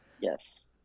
Yes